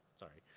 sorry.